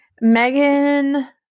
Megan